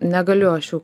negaliu aš jų